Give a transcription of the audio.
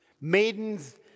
maidens